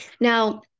Now